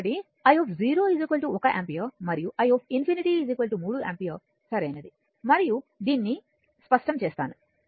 కాబట్టి i 1 ampere మరియు i ∞ 3 ampere సరైనది మరియు దీన్ని స్పష్టం చేస్తాను